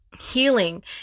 healing